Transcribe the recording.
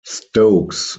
stokes